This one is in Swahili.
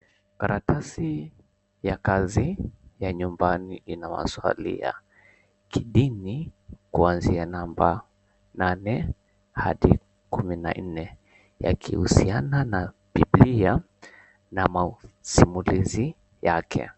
Karatasi ya nyumbani ya kazi ina maswali ya kidini, kuanzia namba nane hadi kumi na nne, yakihusiana na Biblia na masimulizi yake.